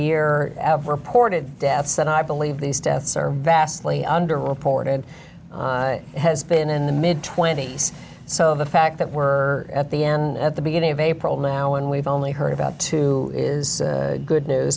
year ported deaths and i believe these deaths are vastly under reported and has been in the mid twenty's so the fact that we're at the end at the beginning of april now and we've only heard about two is good news